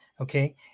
okay